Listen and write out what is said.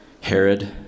Herod